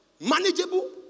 manageable